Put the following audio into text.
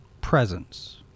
presence